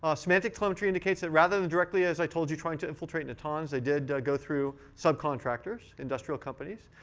ah symantec telemetry indicates that rather than directly, as i told you, trying to infiltrate natanz, they did go through subcontractors, industrial companies.